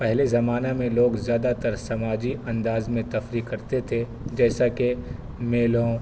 پہلے زمانہ میں لوگ زیادہ تر سماجی انداز میں تفریح کرتے تھے جیسا کہ میلوں